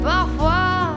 Parfois